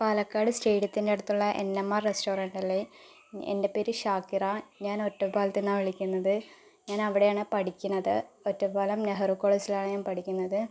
പാലക്കാട് സ്റ്റേഡിയത്തിൻ്റടുത്തുള്ള എൻഎംആർ റസ്റ്റോറൻ്റല്ലേ എൻ്റെ പേര് ഷാഹിറ ഞാൻ ഒറ്റപ്പാലത്ത് നിന്നാണ് വിളിക്കുന്നത് ഞാനവിടെയാണ് പഠിക്കണത് ഒറ്റപ്പാലം നെഹ്റു കോളേജിലാണ് ഞാൻ പഠിക്കുന്നത്